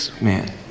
Man